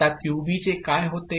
आता QB चे काय होते